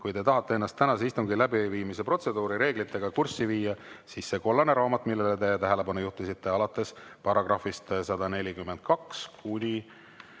Kui te tahate ennast tänase istungi läbiviimise protseduurireeglitega kurssi viia, siis selle kollase raamatu, millele te tähelepanu juhtisite, §-d 142–146